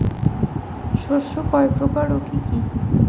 শস্য কয় প্রকার কি কি?